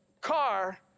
car